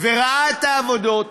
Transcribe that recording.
וראה את העבודות,